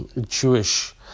jewish